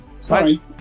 Sorry